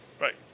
Right